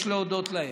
מבקש להודות להם.